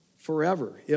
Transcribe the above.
forever